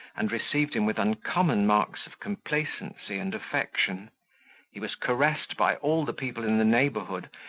and received him with uncommon marks of complacency and affection he was caressed by all the people in the neighbourhood,